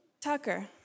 Tucker